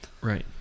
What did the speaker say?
right